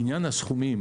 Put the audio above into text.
לעניין הסכומים,